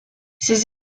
ses